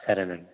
సరే అండి